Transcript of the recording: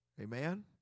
Amen